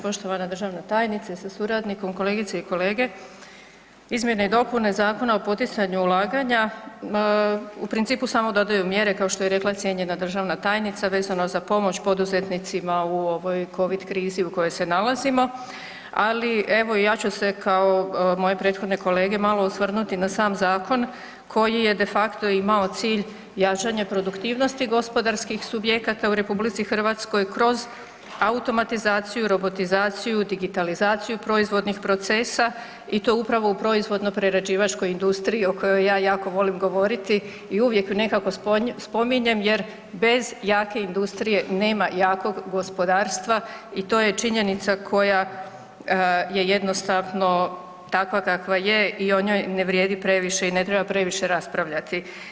Poštovana državna tajnice sa suradnikom, kolegice i kolege, izmjene i dopune Zakona o poticanju ulaganja u principu samo dodaju mjere kao što je rekla cijenjena državna tajnica vezano za pomoć poduzetnicima u ovoj Covid krizi u kojoj se nalazimo, ali evo i ja ću se kao moje prethodne kolege malo osvrnuti na sam zakon koji je de facto imao cilj jačanja produktivnosti gospodarskih subjekata u RH kroz automatizaciju, robotizaciju, digitalizaciju proizvodnih procesa i to upravo u proizvodno prerađivačkoj industriji o kojoj ja jako volim govoriti i uvijek ju nekako spominjem jer bez jake industrije nema jakog gospodarstva i to je činjenica koja je jednostavno takva kakva je i o njoj ne vrijedi previše i ne treba previše raspravljati.